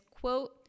quote